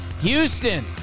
Houston